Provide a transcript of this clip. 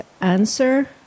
answer